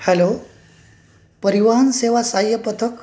hello परिवहन सेवा साहाय्यक पथक